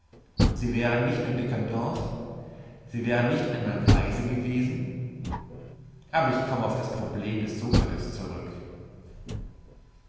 sie wären nicht nur dcadents sie wären nicht einmal weise gewesen aber ich komme auf das problem des sokrates zurück